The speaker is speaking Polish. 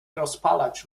rozpalać